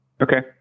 Okay